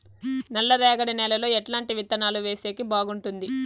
నల్లరేగడి నేలలో ఎట్లాంటి విత్తనాలు వేసేకి బాగుంటుంది?